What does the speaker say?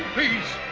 peace